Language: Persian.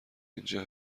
اینجا